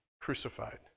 crucified